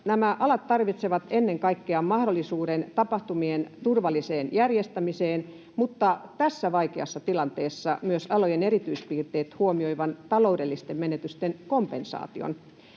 Nämä alat tarvitsevat ennen kaikkea mahdollisuuden tapahtumien turvalliseen järjestämiseen mutta tässä vaikeassa tilanteessa myös alojen erityispiirteet huomioivan taloudellisten menetysten kompensaation.